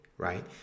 right